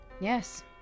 Yes